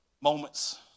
moments